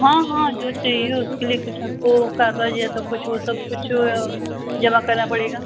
हाँ हाँ जो चाहिए उसके लिए कुछ आपको कागज़ या तो कुछ हो सब कुछ जमा करना पड़ेगा